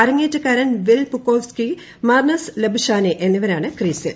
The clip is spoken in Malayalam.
അരങ്ങേറ്റക്കാരൻ വിൽ പുകോവ്സ്കി മർനസ് ലബുഷാനെ എന്നിവരാണ് ക്രീസിൽ